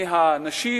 מהנשים